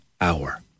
hour